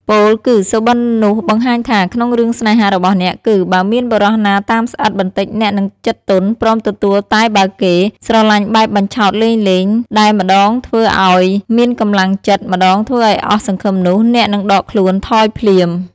ពោលគឺ សុបិន្តនោះបង្ហាញថា ក្នុងរឿងស្នេហារបស់អ្នកគឺ បើមានបុរសណាតាមស្អិតបន្តិចអ្នកនឹងចិត្តទន់ព្រមទទួលតែបើគេ ស្រឡាញ់បែបបញ្ឆោតលេងៗ ដែលម្តងធ្វើឲ្យមានកម្លាំងចិត្ត ម្តងធ្វើឲ្យអស់សង្ឃឹមនោះ អ្នកនឹងដកខ្លួនថយភ្លាម។